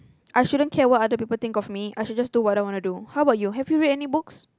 I shouldn't care what other people think of me I should just do what I want to do how about you have you read any books